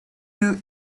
you